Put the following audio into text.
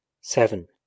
seven